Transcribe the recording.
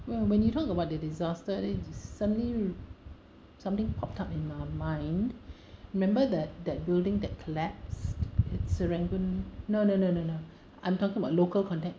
well when you talk about the disaster it suddenly something popped up in my mind remember that that building that collapsed at serangoon no no no no no I'm talking about local context